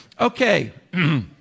Okay